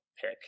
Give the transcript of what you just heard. pick